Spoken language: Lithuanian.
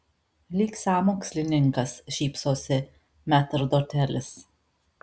lyg sąmokslininkas šypsosi metrdotelis